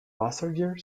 passenger